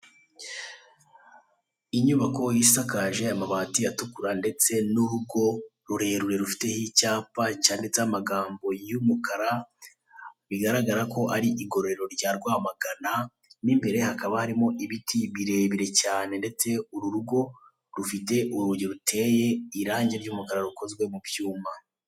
Inyubako isakaje amabati atukura ndetse n'urugo rurerure rufiteho icyapa cyanditseho amagambo y'umukara, bigaragara ko ari igororero rya Rwamagana, mo imbere hakaba harimo ibiti birebire cyane ndetse uru rugo rufite urugi ruteye irangi ry'umukara rukozwe mu byuma.